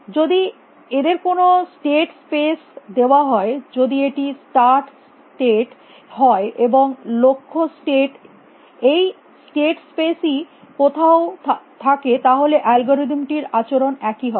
যদি এদের কোনো স্টেট স্পেস দেওয়া হয় যদি এটি স্টার্ট স্টেট হয় এবং লক্ষ্য স্টেট এই স্টেট স্পেস এই কোথাও থাকে তাহলে অ্যালগরিদম টির আচরণ একই হবে